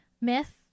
myth